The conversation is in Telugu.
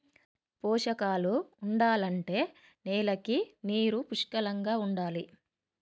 పోషకాలు ఉండాలంటే నేలకి నీరు పుష్కలంగా ఉండాలి